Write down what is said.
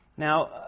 Now